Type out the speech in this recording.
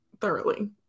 thoroughly